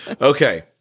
Okay